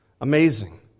Amazing